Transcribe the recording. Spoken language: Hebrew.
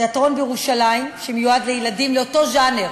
תיאטרון בירושלים שמיועד לילדים באותו ז'אנר